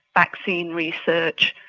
vaccine research,